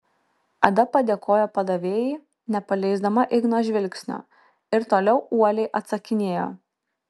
ada padėkojo padavėjai nepaleisdama igno žvilgsnio ir toliau uoliai atsakinėjo